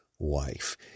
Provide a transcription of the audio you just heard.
Wife